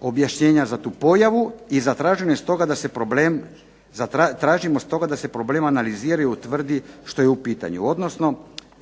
objašnjenja za tu pojavu i zatraženo je stoga da se problem, i tražimo stoga da se problem